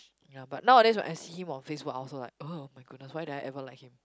ya but nowadays when I see him on Facebook I also like !ugh! my goodness why did I ever like him